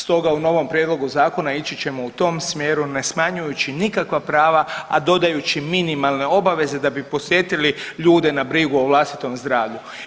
Stoga u novom prijedlogu zakona ići ćemo u tom smjeru ne smanjujući nikakva prava, a dodajući minimalne obaveze da bi posjetili ljude na brigu o vlastitom zdravlju.